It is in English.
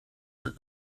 that